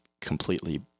completely